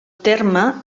terme